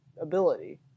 ability